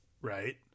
Right